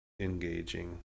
engaging